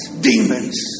demons